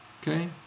Okay